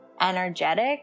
energetic